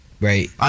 Right